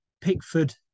Pickford